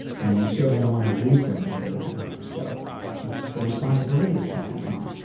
you know you certainly don't want to lose them with over the rainbow so it's the responsibility to sing that song